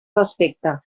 respecte